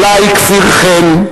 כלאי כפיר חן,